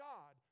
God